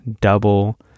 double